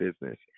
business